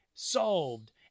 solved